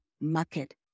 market